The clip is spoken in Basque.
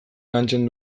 lantzen